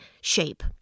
shape